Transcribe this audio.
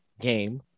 game